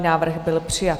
Návrh byl přijat.